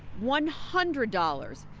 one hundred dollars.